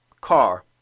car